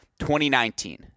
2019